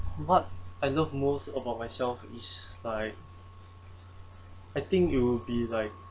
what I love most about myself is like I think it'll be like